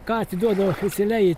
ką atiduodavo oficialiai